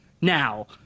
Now